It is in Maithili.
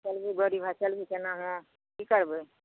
चलू गड़ीमे चलू एनामे की करबै